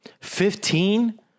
Fifteen